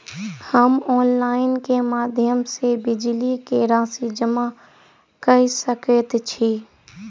हम ऑनलाइन केँ माध्यम सँ बिजली कऽ राशि जमा कऽ सकैत छी?